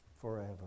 forever